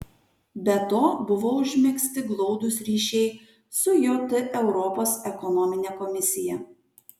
be to buvo užmegzti glaudūs ryšiai su jt europos ekonomine komisija